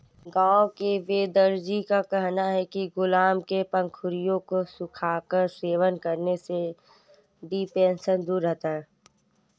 गांव के वेदजी का कहना है कि गुलाब के पंखुड़ियों को सुखाकर सेवन करने से डिप्रेशन दूर रहता है